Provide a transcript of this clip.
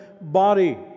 body